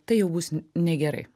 tai jau bus negerai